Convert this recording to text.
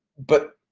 but